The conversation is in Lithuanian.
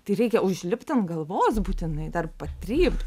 tai reikia užlipt ant galvos būtinai dar patrypt